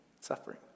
suffering